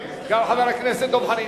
גם חבר הכנסת דב חנין.